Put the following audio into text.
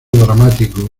dramático